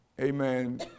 Amen